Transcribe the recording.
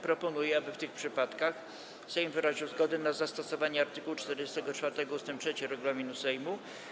Proponuję, aby w tych przypadkach Sejm wyraził zgodę na zastosowanie art. 44 ust. 3 regulaminu Sejmu.